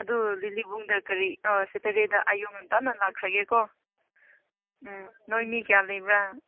ꯑꯗꯨ ꯂꯤꯂꯤꯕꯨꯡꯗ ꯀꯔꯤ ꯁꯇꯔꯗꯦꯗ ꯑꯌꯨꯛ ꯉꯟꯇꯥꯅ ꯂꯥꯛꯈ꯭ꯔꯒꯦꯀꯣ ꯎꯝ ꯅꯣꯏ ꯃꯤ ꯀꯌꯥ ꯂꯩꯕ꯭ꯔꯥ